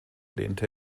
lehnte